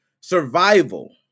survival